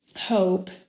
hope